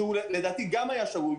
שלדעתי גם היה שגוי,